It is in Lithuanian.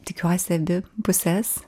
tikiuosi abi puses